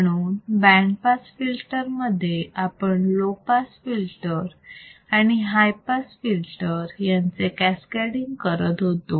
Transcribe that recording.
म्हणून band pass filter मध्ये आपण लो पास फिल्टर आणि हाय पास फिल्टर यांचे कॅस्कॅडींग करत होतो